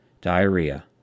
diarrhea